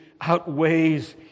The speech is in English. outweighs